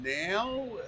now